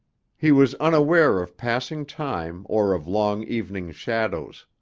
he was unaware of passing time or of long evening shadows.